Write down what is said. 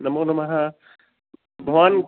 नमो नमः भवान्